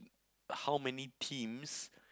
how many teams